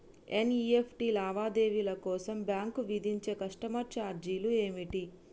NEFT లావాదేవీల కోసం bank విధించే కస్టమర్ ఛార్జీలు ఏమిటి?